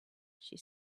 she